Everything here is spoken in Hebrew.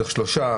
צריך שלושה,